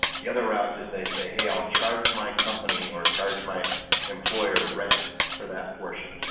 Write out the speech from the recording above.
the other route is they say, hey, i'll charge my company or charge my employer rent for that portion.